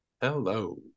Hello